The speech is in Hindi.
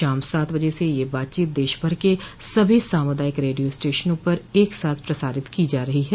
शाम सात बजे से यह बातचीत देशभर के सभी सामुदायिक रेडियो स्टेशनों पर एक साथ प्रसारित की जा रही है